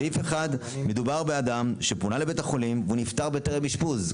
סעיף אחד מדובר באדם שפונה לבית החולים והוא נפטר בטרם אשפוז.